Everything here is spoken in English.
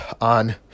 on